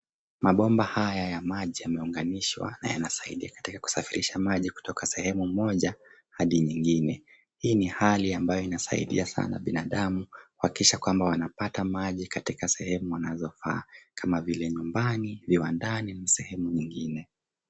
Mabomba haya ya maji yameunganishwa na yanasaidia katika kusafirisha maji kutoka sehemu moja hadi nyingine. Hii ni hali ambayo inasaidia sana binadamu kuhakikisha kwamba wanapata maji katika sehemu wanazofaa kama vile nyumbani, viwandani na sehemu nyingine.